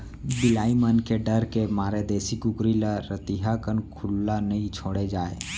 बिलाई मन के डर के मारे देसी कुकरी ल रतिहा कन खुल्ला नइ छोड़े जाए